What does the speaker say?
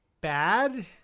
bad